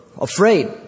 afraid